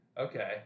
Okay